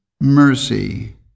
mercy